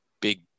big